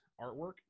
artwork